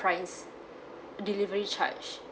price delivery charge